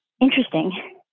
interesting